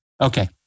Okay